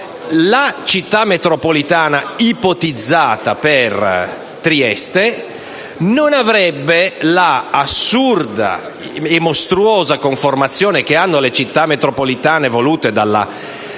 la Città metropolitana ipotizzata per Trieste non avrebbe l'assurda e mostruosa conformazione che hanno le Città metropolitane volute dalla legge